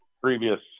previous